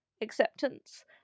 acceptance